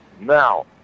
Now